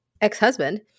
ex-husband